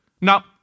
Now